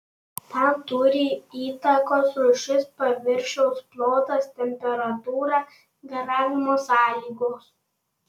tam turi įtakos rūšis paviršiaus plotas temperatūra garavimo sąlygos